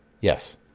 Yes